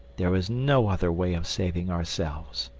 there is no other way of saving ourselves.